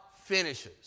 finishes